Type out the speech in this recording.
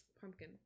Pumpkin